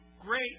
great